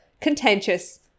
contentious